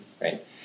right